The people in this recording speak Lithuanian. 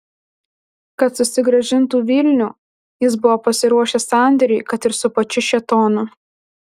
kad susigrąžintų vilnių jis buvo pasiruošęs sandėriui kad ir su pačiu šėtonu